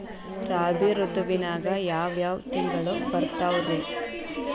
ರಾಬಿ ಋತುವಿನಾಗ ಯಾವ್ ಯಾವ್ ತಿಂಗಳು ಬರ್ತಾವ್ ರೇ?